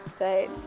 right